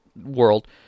world